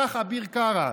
כך אביר קארה,